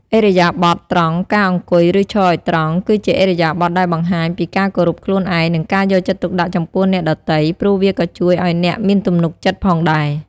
ឥរិយាបថត្រង់ ការអង្គុយ ឬឈរឲ្យត្រង់ គឺជាឥរិយាបថដែលបង្ហាញពីការគោរពខ្លួនឯង និងការយកចិត្តទុកដាក់ចំពោះអ្នកដទៃ ព្រោះវាក៏ជួយឲ្យអ្នកមានទំនុកចិត្តផងដែរ។